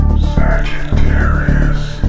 Sagittarius